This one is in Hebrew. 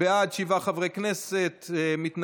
בעד, שבעה חברי כנסת, אין מתנגדים,